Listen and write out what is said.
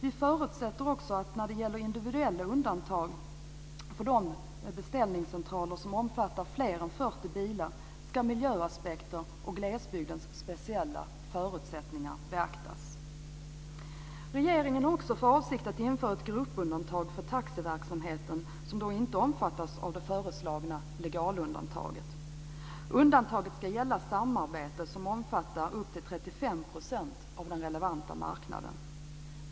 Vi förutsätter också att miljöaspekter och glesbygdens speciella förutsättningar ska beaktas vid individuella undantag för beställningscentraler som omfattar fler än 40 bilar. Regeringen har också för avsikt att införa ett gruppundantag för taxiverksamheten, som inte omfattas av det föreslagna legalundantaget. Undantaget ska gälla samarbete som omfattar upp till 35 % av den relevanta marknaden.